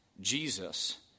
Jesus